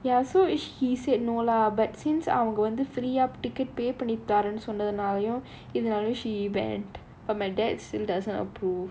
ya so he said no lah but since I am going to free up ticket pay பண்ணி பாருன்னு சொன்னதால:panni paarunu sonnathaala she went but my dad still doesn't approve